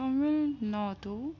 Tamil Nadu